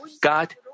God